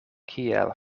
kiel